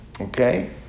Okay